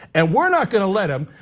and we're not gonna let him.